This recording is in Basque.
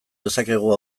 dezakegu